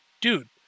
dude